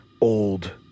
Old